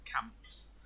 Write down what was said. camps